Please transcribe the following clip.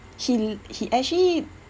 he he actually